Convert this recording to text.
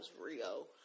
Rio